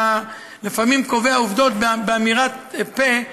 אתה לפעמים קובע עובדות באמירת פה,